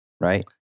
right